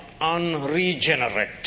unregenerate